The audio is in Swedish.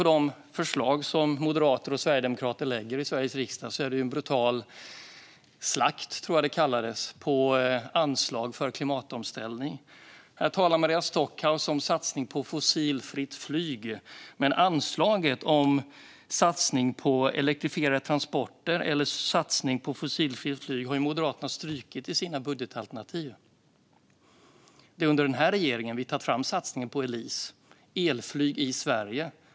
De förslag som moderater och sverigedemokrater lägger fram i Sveriges riksdag innebär en brutal slakt - så tycker jag att man ska kalla det - på anslagen för klimatomställning. Maria Stockhaus talar om en satsning på fossilfritt flyg. Men anslaget för satsning på elektrifierade transporter eller fossilfritt flyg har ju Moderaterna strukit i sina budgetalternativ. Det är under den här regeringen som vi har tagit fram satsningen på Elise, Elektrisk lufttransport i Sverige.